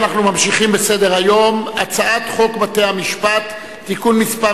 אנחנו ממשיכים בסדר-היום: הצעת חוק בתי-המשפט (תיקון מס'